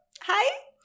Hi